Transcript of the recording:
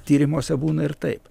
tyrimuose būna ir taip